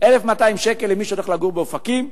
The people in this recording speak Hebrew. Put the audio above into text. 1,200 שקל למי שהולך לגור באופקים,